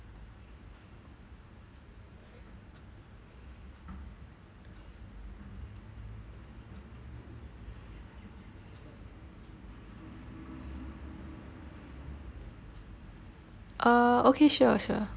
uh okay sure sure